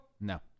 No